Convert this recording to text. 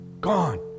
Gone